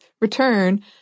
return